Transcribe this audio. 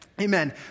Amen